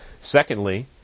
Secondly